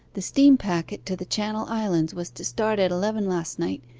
the steam-packet to the channel islands was to start at eleven last night,